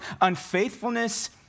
unfaithfulness